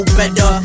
better